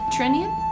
Trinian